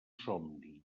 somni